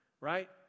right